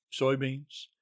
soybeans